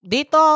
Dito